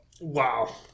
Wow